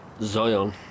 Zion